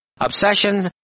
obsessions